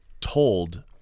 told